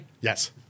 Yes